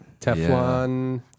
Teflon